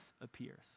appears